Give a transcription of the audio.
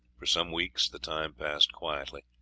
for some weeks the time passed quietly.